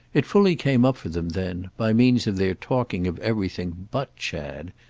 it fully came up for them then by means of their talking of everything but chad,